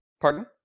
Pardon